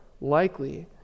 likely